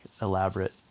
elaborate